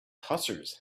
hussars